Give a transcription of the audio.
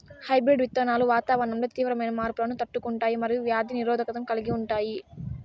hybrid విత్తనాలు వాతావరణంలో తీవ్రమైన మార్పులను తట్టుకుంటాయి మరియు వ్యాధి నిరోధకతను కలిగి ఉంటాయి